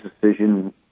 decision